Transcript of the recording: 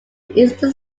eastern